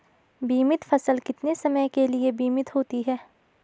बीमित फसल कितने समय के लिए बीमित होती है?